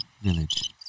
village